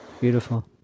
Beautiful